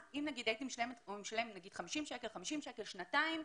אם הוא משלם 50 שקלים במשך שנתיים,